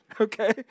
Okay